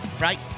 right